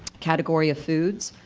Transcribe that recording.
category of food,